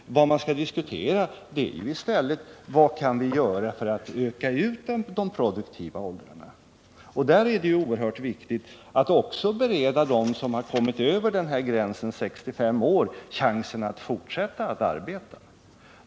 Vad vi skall diskutera är frågan: Vad kan vi göra för att öka ut de produktiva åldrarna? Och där är det oerhört viktigt att bereda dem som kommer över gränsen 65 år en chans att fortsätta arbeta.